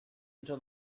until